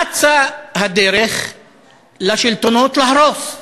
אצה הדרך לשלטונות להרוס.